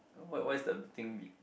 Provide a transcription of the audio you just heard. what what is the thing be